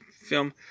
Film